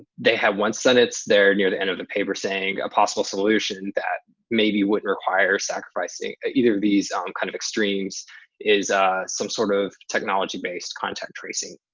they have one sentence there, near the end of the paper saying a possible solution that, maybe would require sacrificing either these kind of extremes is some sort of technology based contact tracing,